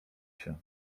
się